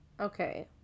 okay